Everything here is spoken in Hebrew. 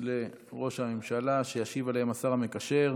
ההצבעה האלקטרונית הן ארבעה בעד,